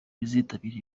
bizitabira